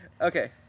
Okay